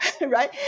right